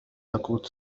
تقود